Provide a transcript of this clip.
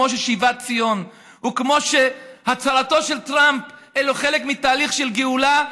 כמו ששיבת ציון וכמו שהצהרתו של טראמפ הן חלק מתהליך של גאולה,